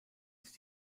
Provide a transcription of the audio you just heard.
ist